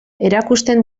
erakusten